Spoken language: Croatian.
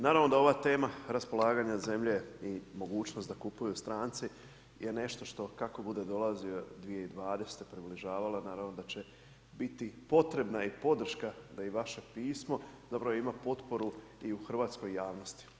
Naravno da ova tema, raspolaganje zemlje i mogućnost da kupuju stranci, je nešto, što, kako bude dolazio 2020. približavala, naravno da će biti potrebna i podrška da i vaše pismo, dobro ima potporu i u hrvatskoj javnosti.